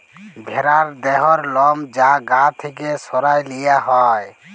ভ্যারার দেহর লম যা গা থ্যাকে সরাঁয় লিয়া হ্যয়